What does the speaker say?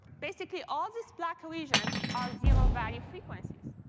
basically all these black regions are zero value frequencies.